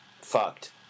Fucked